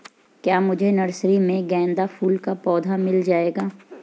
क्या मुझे नर्सरी में गेंदा फूल का पौधा मिल जायेगा?